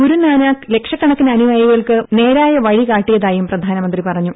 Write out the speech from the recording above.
ഗുരുനാനാക്ക് ലക്ഷക്കണക്കിന് അനുയായികൾക്ക് നേരായ വഴി കാട്ടിയതായും പ്രധാനമന്ത്രി പറഞ്ഞു